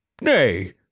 Nay